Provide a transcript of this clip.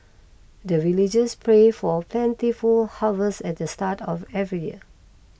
the villagers pray for plentiful harvest at the start of every year